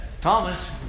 Thomas